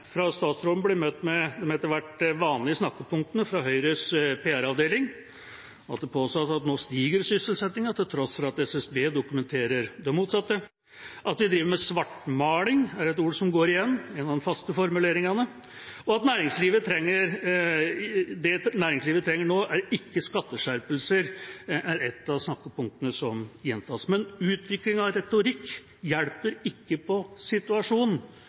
fra statsråden blir møtt med de etter hvert vanlige snakkepunktene fra Høyres PR-avdeling. Det påstås at nå stiger sysselsettingen, til tross for at SSB dokumenterer det motsatte. At vi driver med svartmaling, er ord som går igjen – en av de faste formuleringene. Og at det næringslivet trenger nå, er ikke skatteskjerpelser, er ett av snakkepunktene som gjentas. Men utviklingen i retorikk hjelper ikke på situasjonen,